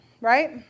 right